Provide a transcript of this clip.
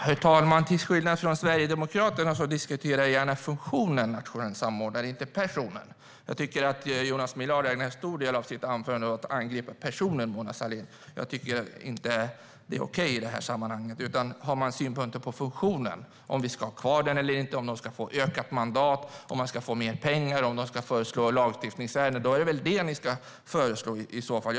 Herr talman! Till skillnad från Sverigedemokraterna diskuterar jag gärna funktionen nationell samordnare, inte personen. Jonas Millard ägnade en stor del av sitt anförande åt att angripa personen Mona Sahlin. Det är inte okej i det här sammanhanget. Ifall Sverigedemokraterna har synpunkter på funktionen - om den ska vara kvar eller inte, om den ska få utökat mandat eller mer pengar eller om den ska föreslå lagstiftningsärenden - är det i så fall den ni ska diskutera, Jonas Millard.